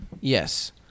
Yes